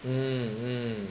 mm mm